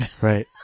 right